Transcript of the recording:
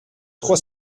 trois